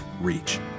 reach